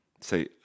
say